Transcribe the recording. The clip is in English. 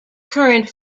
current